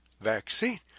vaccine